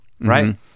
right